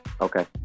Okay